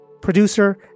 Producer